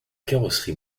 carrosserie